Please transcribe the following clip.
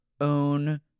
own